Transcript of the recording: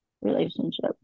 relationship